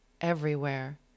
everywhere